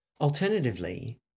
Alternatively